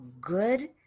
good